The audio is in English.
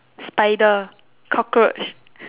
spider cockroach